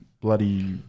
bloody